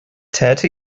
täte